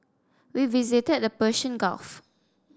we visited the Persian Gulf